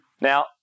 Now